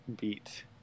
beat